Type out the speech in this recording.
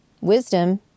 Wisdom